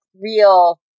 real